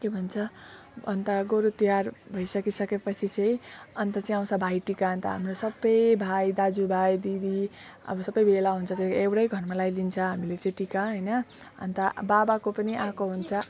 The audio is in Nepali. के भन्छ अन्त गोरु तिहार भइसकि सके पछि चाहिँ अन्त आउँछ भाइटिका अन्त हाम्रो सबै भाइ दाजु भाइ दिदी हामी सबै भेला हुन्छ त्यो एउटै घरमा लगाइदिन्छ हामीले चाहिँ टिका होइन अन्त बाबाको पनि आएको हुन्छ